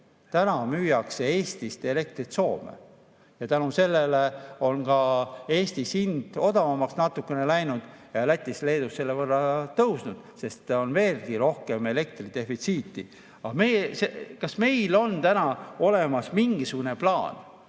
Täna müüakse Eestist elektrit Soome. Ja tänu sellele on ka Eestis hind natukene odavamaks läinud, aga Lätis-Leedus selle võrra tõusnud, sest on veelgi rohkem elektri defitsiiti. Aga kas meil on täna olemas mingisugune plaan,